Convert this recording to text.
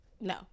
No